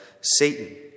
Satan